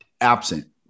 absent